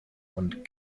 und